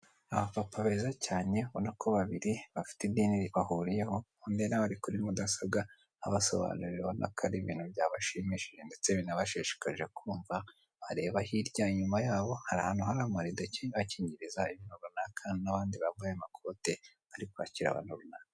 Abapapa beza cyane ubona ko babiri bafite idini bahuriyeho, undi nawe ari kuri mudasobwa abasobanurira, ubona ko ari ibintu byabashimishije ndetse binabashishikaje kumva, wareba hirya inyuma yabo hari ahantu hari amarido bakingiriza ibintu runaka n'abandi bambaye amakote bari kwakira abantu runaka.